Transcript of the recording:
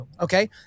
Okay